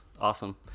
Awesome